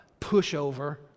pushover